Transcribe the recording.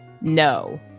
no